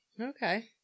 Okay